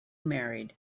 married